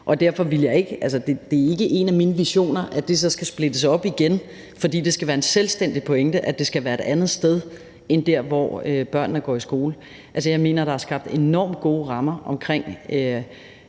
helhedsorientering. Det er ikke en af mine visioner, at det så skal splittes op igen, fordi det skal være en selvstændig pointe, at det skal være et andet sted end der, hvor børnene går i skole. Jeg mener, at der er skabt enormt gode rammer omkring